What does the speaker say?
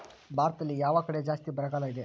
ಭಾರತದಲ್ಲಿ ಯಾವ ಕಡೆ ಜಾಸ್ತಿ ಬರಗಾಲ ಇದೆ?